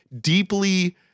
deeply